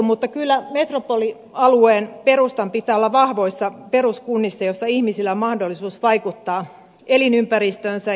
mutta kyllä metropolialueen perustan pitää olla vahvoissa peruskunnissa joissa ihmisillä on mahdollisuus vaikuttaa elinympäristöönsä